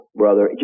brother